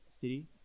city